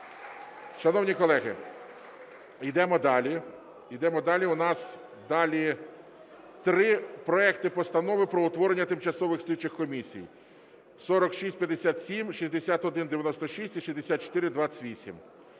Шановні колеги, йдемо далі, йдемо далі. У нас далі три проекти постанов про утворення тимчасових слідчих комісій – 4657, 6196 і 6428.